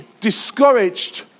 discouraged